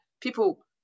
people